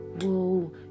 whoa